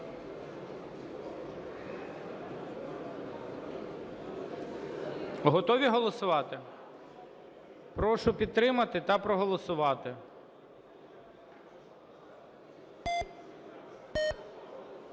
Готові голосувати? Прошу підтримати та проголосувати.